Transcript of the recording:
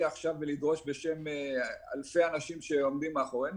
עכשיו ולדרוש בשם אלפי אנשים שעומדים מאחורינו.